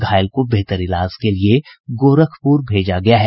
घायल को बेहतर इलाज के लिये गोरखपुर भेजा गया है